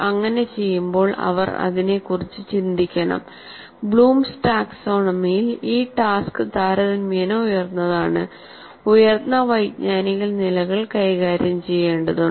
അങ്ങനെ ചെയ്യുമ്പോൾ അവർ അതിനെക്കുറിച്ച് ചിന്തിക്കണം ബ്ലൂംസ് ടാക്സോണമിയിൽ ഈ ടാസ്ക് താരതമ്യേന ഉയർന്നതാണ് ഉയർന്ന വൈജ്ഞാനിക നിലകൾ കൈകാര്യം ചെയ്യേണ്ടതുണ്ട്